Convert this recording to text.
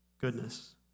goodness